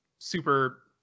super